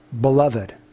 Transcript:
beloved